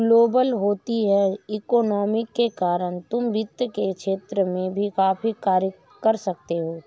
global होती economy के कारण तुम वित्त के क्षेत्र में भी काफी कार्य कर सकते हो